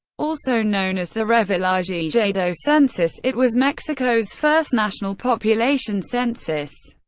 also known as the revillagigedo census, it was mexico's first national population census.